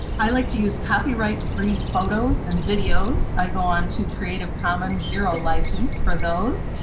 i like to use copyright free photos and videos, i go onto creative commons zero license for those,